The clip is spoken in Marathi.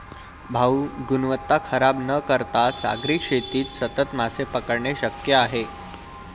भाऊ, गुणवत्ता खराब न करता सागरी शेतीत सतत मासे पकडणे शक्य आहे